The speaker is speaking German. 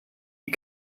die